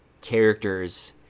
characters